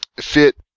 fit